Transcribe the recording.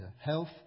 Health